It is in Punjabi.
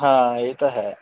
ਹਾਂ ਇਹ ਤਾਂ ਹੈ